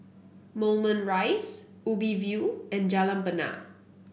Moulmein Rise Ubi View and Jalan Bena